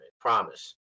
Promise